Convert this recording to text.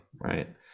right